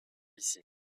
ici